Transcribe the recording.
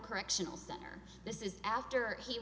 correctional center this is after he